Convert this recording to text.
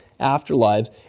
afterlives